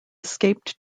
escaped